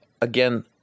again